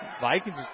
Vikings